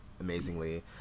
amazingly